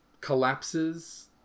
collapses